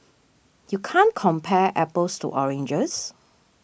you can't compare apples to oranges